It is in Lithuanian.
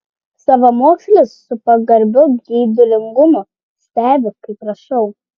savamokslis su pagarbiu geidulingumu stebi kaip rašau